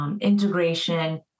Integration